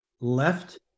left